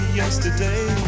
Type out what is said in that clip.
yesterday